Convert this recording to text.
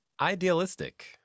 Idealistic